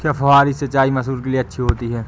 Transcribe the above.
क्या फुहारी सिंचाई मसूर के लिए अच्छी होती है?